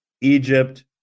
Egypt